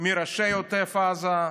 מראשי עוטף עזה,